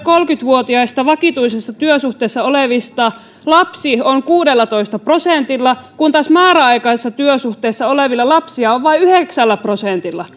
vuotiaista vakituisessa työsuhteessa olevista lapsia on kuudellatoista prosentilla kun taas määräaikaisessa työsuhteessa olevilla lapsia on vain yhdeksällä prosentilla